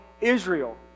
Israel